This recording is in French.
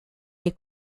les